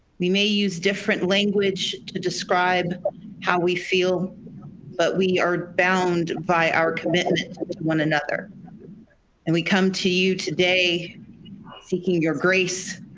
we may use different language to describe how we feel but we are bound by our commitment but to one another and we come to you today seeking your grace,